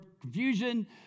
confusion